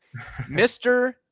Mr